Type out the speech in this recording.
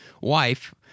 wife